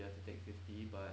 you have to take fifty but